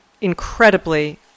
incredibly